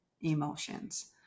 emotions